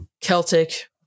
Celtic